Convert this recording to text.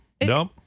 Nope